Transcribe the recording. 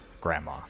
grandma